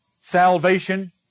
salvation